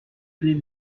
des